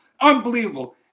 Unbelievable